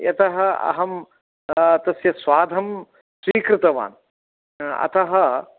यतः अहं तस्य स्वादं स्वीकृतवान् अतः